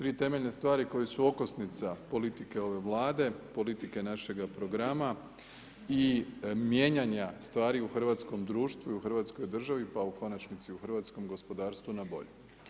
3 temeljne stvari koje su okosnica politike ove Vlade, politike našega programa i mijenjanja stvari u hrvatskom društvu i u Hrvatskoj državi pa u konačnici u hrvatskom gospodarstvu na bolje.